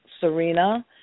Serena